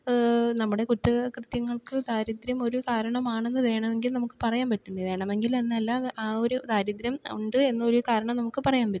നമ്മുടെ കുറ്റകൃത്യങ്ങൾക്ക് ദാരിദ്ര്യം ഒരു കാരണമാണെന്ന് വേണമെങ്കിൽ നമുക്ക് പറയാൻ പറ്റും വേണമെങ്കിൽ എന്നല്ല ആ ഒരു ദാരിദ്ര്യം ഉണ്ട് എന്നൊരു കാരണം നമുക്ക് പറയാൻ പറ്റും